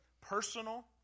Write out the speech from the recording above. personal